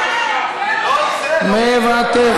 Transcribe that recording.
מוותר,